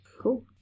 Cool